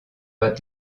pas